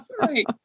right